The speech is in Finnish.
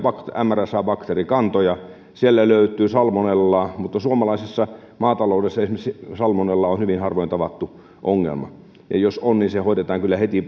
mrsa bakteerikantoja siellä löytyy salmonellaa suomalaisessa maataloudessa esimerkiksi salmonella on hyvin harvoin tavattu ongelma ja jos on niin se hoidetaan kyllä heti